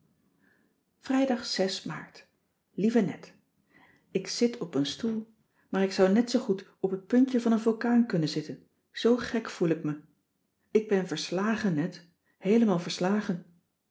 rijdag aart ieve et k zit op een stoel maar ik zou net zoo goed op het puntje van een vulkaan kunnen zitten zoo gek voel ik me ik ben verslagen net heelemaal verslagen